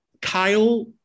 Kyle